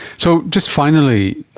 so just finally,